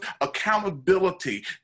accountability